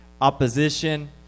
opposition